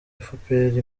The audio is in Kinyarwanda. efuperi